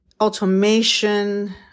automation